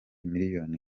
miliyoni